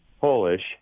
Polish